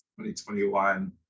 2021